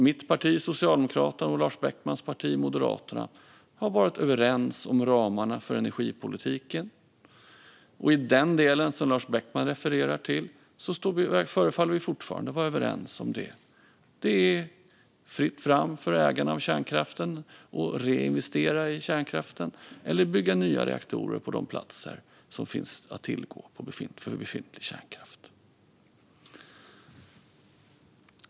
Mitt parti Socialdemokraterna och Lars Beckmans parti Moderaterna har varit överens om ramarna för energipolitiken. I den delen som Lars Beckman refererar till förefaller vi fortfarande vara överens om det. Det är fritt fram för ägarna av kärnkraften att reinvestera i kärnkraften eller bygga nya reaktorer på de platser som finns att tillgå för befintlig kärnkraft.